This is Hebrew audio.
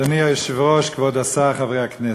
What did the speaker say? אדוני היושב-ראש, כבוד השר, חברי הכנסת,